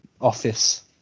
office